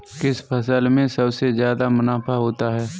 किस फसल में सबसे जादा मुनाफा होता है?